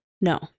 No